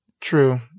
True